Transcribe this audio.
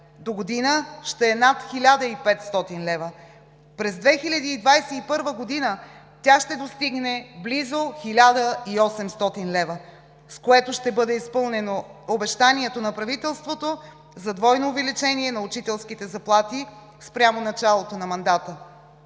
догодина ще е над 1500 лв. През 2021 г. тя ще достигне близо 1800 лв., с което ще бъде изпълнено обещанието на правителството за двойно увеличение на учителските заплати спрямо началото на мандата.